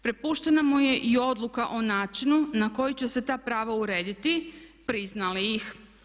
Prepuštena mu je i odluka o načinu na koji će se ta prava urediti, prizna li ih.